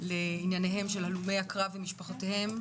לענייניהם של הלומי הקרב ומשפחותיהם,